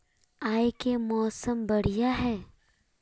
आय के मौसम बढ़िया है?